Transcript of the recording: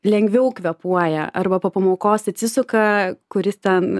lengviau kvėpuoja arba po pamokos atsisuka kuris ten